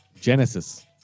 Genesis